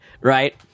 right